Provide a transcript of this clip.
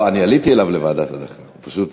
לא, אני עליתי אליו לוועדת הדחה, הוא פשוט